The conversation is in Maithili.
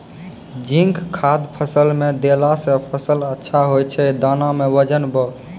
जिंक खाद फ़सल मे देला से फ़सल अच्छा होय छै दाना मे वजन ब